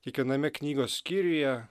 kiekviename knygos skyriuje